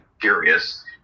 curious